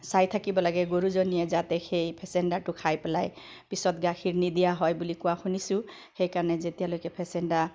চাই থাকিব লাগে গৰুজনীয়ে যাতে সেই প্লেছেণ্ডাৰটো খাই পেলাই পিছত গাখীৰ নিদিয়া হয় বুলি কোৱা শুনিছোঁ সেই কাৰণে যেতিয়ালৈকে প্লেছেণ্ডাৰ